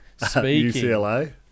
UCLA